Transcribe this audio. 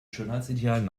schönheitsidealen